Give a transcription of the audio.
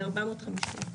כ-450.